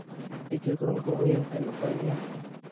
ᱴᱤᱠᱟᱹ ᱠᱚᱨᱚᱱ ᱠᱚ ᱦᱩᱭᱮᱱ ᱛᱮ ᱱᱟᱯᱟᱭ ᱜᱮ